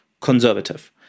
conservative